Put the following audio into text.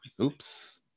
oops